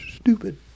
stupid